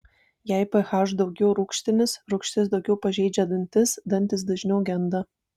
jei ph daugiau rūgštinis rūgštis daugiau pažeidžia dantis dantys dažniau genda